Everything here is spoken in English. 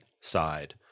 side